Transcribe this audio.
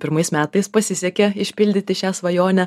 pirmais metais pasisekė išpildyti šią svajonę